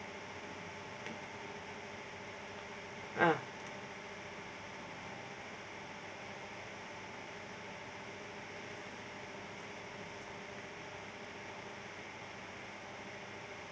ah